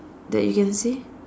that you can see